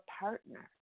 partner